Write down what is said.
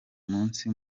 munsi